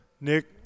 Nick